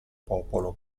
popolo